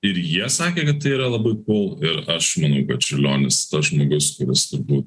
ir jie sakė kad tai yra labai kūl ir aš manau kad čiurlionis tas žmogus kuris turbūt